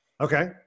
Okay